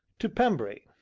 to pembry.